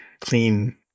clean